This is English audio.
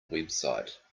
website